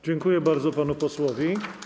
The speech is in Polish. Dziękuję bardzo panu posłowi.